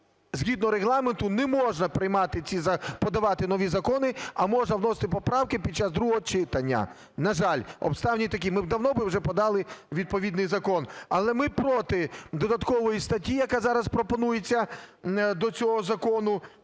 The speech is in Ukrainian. згідно Регламенту, не можна приймати ці… подавати нові закони, а можна вносити поправки під час другого читання. На жаль, обставини такі. Ми б давно би вже подали відповідний закон, але ми проти додаткової статті, яка зараз пропонується до цього закону,